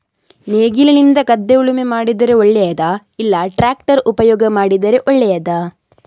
ನೇಗಿಲಿನಿಂದ ಗದ್ದೆ ಉಳುಮೆ ಮಾಡಿದರೆ ಒಳ್ಳೆಯದಾ ಇಲ್ಲ ಟ್ರ್ಯಾಕ್ಟರ್ ಉಪಯೋಗ ಮಾಡಿದರೆ ಒಳ್ಳೆಯದಾ?